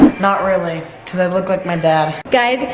not really cause i look like my dad. guys,